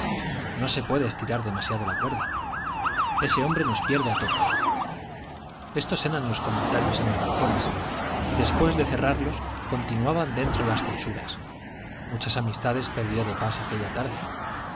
no se puede estirar demasiado la cuerda ese hombre nos pierde a todos estos eran los comentarios en los balcones y después de cerrarlos continuaban dentro las censuras muchas amistades perdió de pas aquella tarde